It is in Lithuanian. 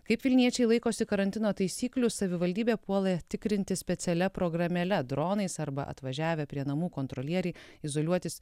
kaip vilniečiai laikosi karantino taisyklių savivaldybė puola tikrinti specialia programėle dronais arba atvažiavę prie namų kontrolieriai izoliuotis